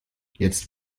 jetzt